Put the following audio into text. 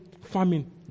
famine